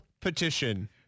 petition